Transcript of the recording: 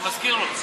אני מזכיר לו.